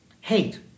Hate